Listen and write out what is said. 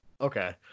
Okay